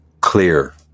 clear